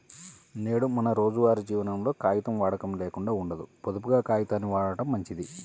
నేడు మన రోజువారీ జీవనంలో కాగితం వాడకం లేకుండా ఉండదు, పొదుపుగా కాగితాల్ని వాడటం మంచిది